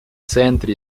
центре